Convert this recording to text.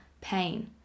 pain